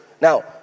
Now